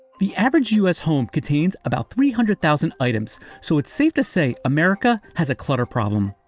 the average u s. home contains about three hundred thousand items. so it's safe to say america has a clutter problem.